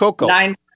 nine-